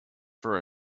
for